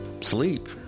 sleep